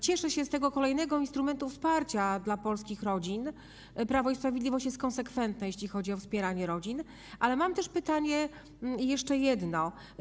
Cieszę się z tego kolejnego instrumentu wsparcia dla polskich rodzin, Prawo i Sprawiedliwość jest konsekwentne, jeśli chodzi o wspieranie rodzin, ale mam jeszcze jedno pytanie.